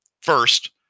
First